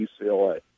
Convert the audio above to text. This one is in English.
UCLA